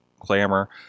clamor